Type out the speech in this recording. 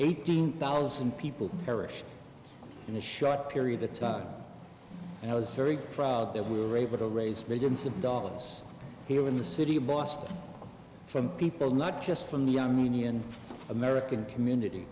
eighteen thousand people perish in a short period of time and i was very proud that we were able to raise billions of dollars here in the city of boston from people not just from the armenian american community